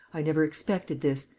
i never expected this.